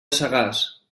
sagàs